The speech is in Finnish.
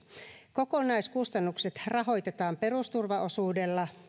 kokonaiskustannukset rahoitetaan perusturvaosuudella